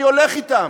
אני הולך אתם: